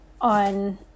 on